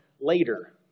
later